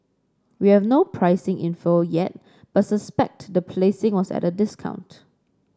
we have no pricing info yet but suspect the placing was at a discount